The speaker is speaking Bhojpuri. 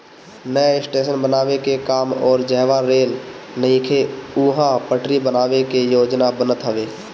नया स्टेशन बनावे के काम अउरी जहवा रेल नइखे उहा पटरी बनावे के योजना बनत हवे